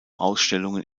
ausstellungen